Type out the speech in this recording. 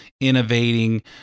innovating